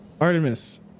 Artemis